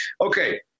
okay